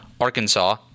Arkansas